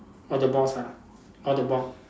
orh the boss ah orh the bo~